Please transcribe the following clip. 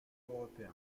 européen